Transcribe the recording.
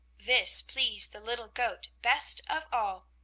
this pleased the little goat best of all.